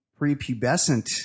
prepubescent